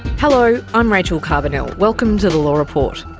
hello, i'm rachel carbonell, welcome to the law report.